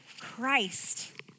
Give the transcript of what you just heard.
Christ